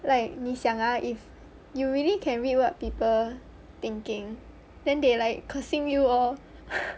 like 你想阿 if you really can read what people thinking then they like cursing you all !huh!